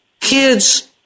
Kids